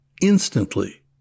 instantly